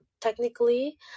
technically